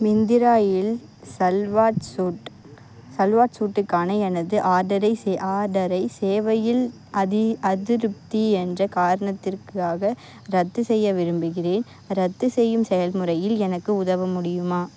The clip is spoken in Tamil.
மிந்திராவில் சல்வார் சூட் சல்வார் சூட்டுக்கான எனது ஆர்டரை சே ஆர்டரை சேவையில் அதி அதிருப்தி என்ற காரணத்திற்காக ரத்து செய்ய விரும்புகிறேன் ரத்து செய்யும் செயல்முறையில் எனக்கு உதவ முடியுமா